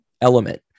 element